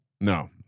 No